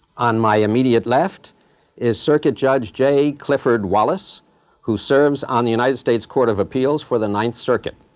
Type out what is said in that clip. on my immediate left is circuit judge j. clifford wallace who serves on the united states court of appeals for the ninth circuit.